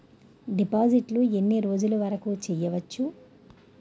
డిపాజిట్లు ఎన్ని రోజులు వరుకు చెయ్యవచ్చు?